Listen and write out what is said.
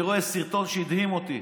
אני רואה סרטון שהדהים אותי,